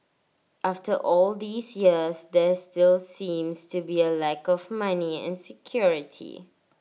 after all these years there still seems to be A lack of money and security